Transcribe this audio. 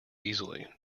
easily